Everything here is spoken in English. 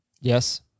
Yes